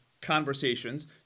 conversations